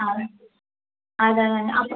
அது அது தாங்க அப்போ